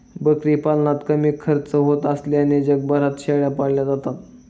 बकरी पालनात कमी खर्च होत असल्याने जगभरात शेळ्या पाळल्या जातात